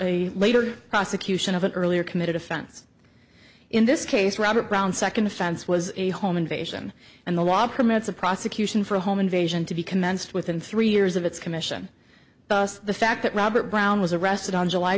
a later prosecution of an earlier committed offense in this case robert brown second offense was a home invasion and the law permits a prosecution for a home invasion to be commenced within three years of its commission the fact that robert brown was arrested on july